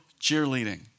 cheerleading